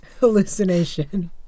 hallucination